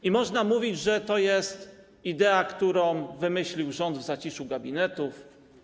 I można mówić, że to jest idea, którą wymyślił rząd w zaciszu gabinetów.